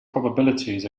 probabilities